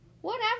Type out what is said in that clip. Whatever